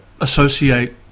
associate